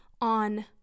on